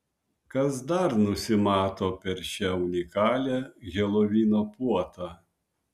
kas dar nusimato per šią unikalią helovino puotą